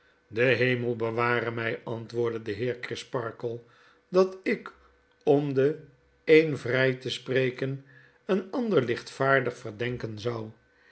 de hemel beware my antwoordde de heer crisparkle dat ik om den een vrijtespreken een ander lichtvaardig verdenken zou